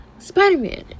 spider-man